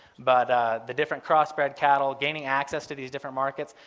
but the different crossbred cattle gaining access to these different markets.